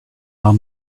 are